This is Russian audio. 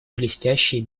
блестящие